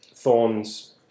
Thorns